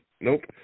nope